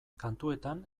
kantuetan